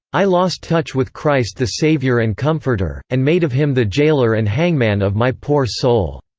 i lost touch with christ the savior and comforter, and made of him the jailer and hangman of my poor soul.